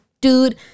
dude